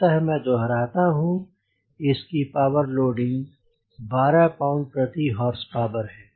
अतः मैं दोहराता हूँ कि इसकी पावर लोडिंग 12 पाउंड प्रति हॉर्स पावर है